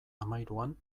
hamahiruan